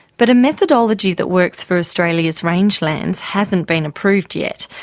but a methodology that works for australia's rangelands hasn't been approved yet.